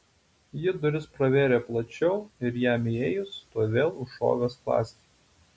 ji duris pravėrė plačiau ir jam įėjus tuoj vėl užšovė skląstį